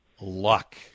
luck